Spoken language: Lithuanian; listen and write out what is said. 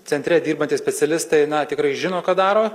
centre dirbantys specialistai na tikrai žino ką daro